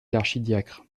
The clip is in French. l’archidiacre